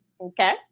Okay